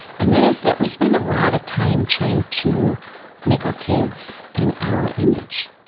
and that is that we spend a lot of time trying to make our kids in our image,